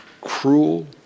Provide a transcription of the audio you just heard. cruel